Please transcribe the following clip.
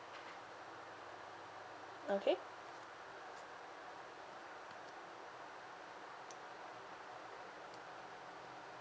okay